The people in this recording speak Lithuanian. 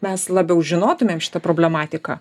mes labiau žinotumėm šitą problematiką